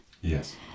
Yes